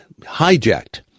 hijacked